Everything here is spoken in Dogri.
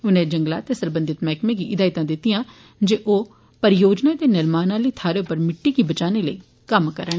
उनें जंगलात ते सरबंधित मैहकमें गी हिदायतां दित्तियां जे ओह् परियोजनाएं दे निर्माण आली थाहरें उप्पर मिट्टी गी बचाने लेई कम्म करन